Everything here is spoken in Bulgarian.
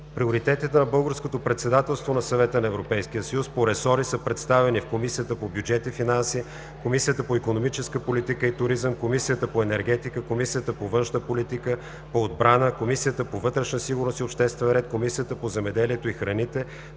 Приоритетите на Българското председателство на Съвета на Европейския съюз по ресори са представени в: Комисията по бюджет и финанси, Комисията по икономическа политика и туризъм, Комисията по енергетика, Комисията по външна политика, Комисията по отбрана, Комисията по вътрешна сигурност и обществен ред, Комисията по земеделието и храните,